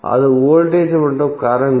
அது வோல்டேஜ் மற்றும் கரண்ட்